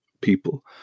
people